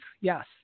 Yes